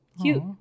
Cute